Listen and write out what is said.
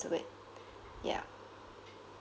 to it yeah